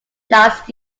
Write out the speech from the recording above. last